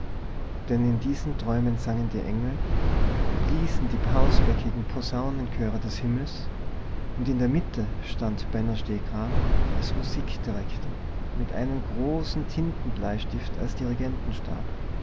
denn in diesen träumen sangen die engel bliesen die pausbäckigen posaunenchöre des himmels und in der mitte stand benno stehkragen als musikdirektor mit einem großen tintenbleistift als dirigentenstab